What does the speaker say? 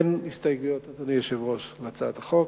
אין הסתייגויות, אדוני היושב-ראש, להצעת החוק.